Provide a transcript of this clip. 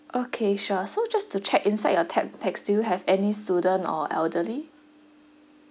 okay sure so just to check inside your tap pax do you have any student or elderly